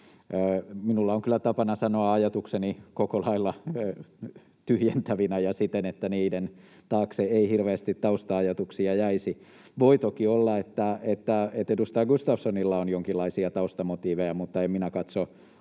Minulla on kyllä tapana sanoa ajatukseni koko lailla tyhjentävinä ja siten, että niiden taakse ei hirveästi tausta-ajatuksia jäisi. Voi toki olla, että edustaja Gustafssonilla on jonkinlaisia taustamotiiveja, mutta en minä katso